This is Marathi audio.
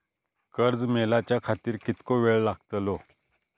कर्ज मेलाच्या खातिर कीतको वेळ लागतलो?